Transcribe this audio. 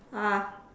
ah